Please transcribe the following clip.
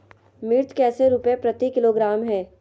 मिर्च कैसे रुपए प्रति किलोग्राम है?